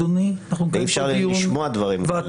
אי אפשר לשמוע דברים כאלה,